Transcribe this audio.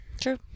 True